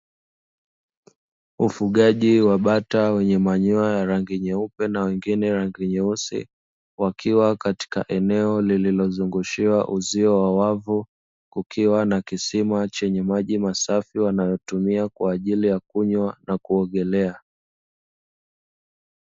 Ufugaji wa bata wenye manyoya ya rangi nyeupe na wengine rangi nyeusi, wakiwa katika eneo lililo zungushiwa uzio wa wavu, kukiwa na kisima chenye maji masafi wanayotumia kwaajili ya kunywa na kuogelea.